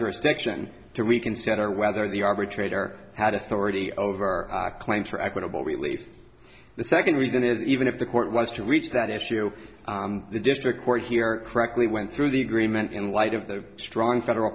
jurisdiction to reconsider whether the arbitrator had authority over claims for equitable relief the second reason is even if the court was to reach that issue the district court here correctly went through the agreement in light of the strong federal